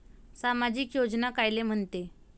सामाजिक योजना कायले म्हंते?